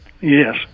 Yes